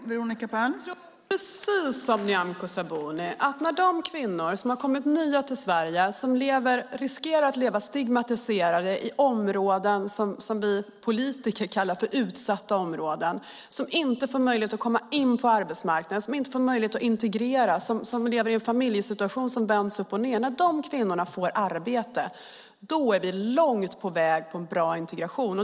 Fru talman! Jag tycker precis som Nyamko Sabuni, att när de kvinnor som har kommit till Sverige, som riskerar att få leva stigmatiserade i områden som vi politiker kallar för utsatta områden, som inte får möjlighet att komma in på arbetsmarknaden, som inte får möjlighet att integrera, som lever i en familjesituation som vänts upp och ned, får arbete är vi långt på väg till en bra integration.